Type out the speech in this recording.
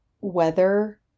weather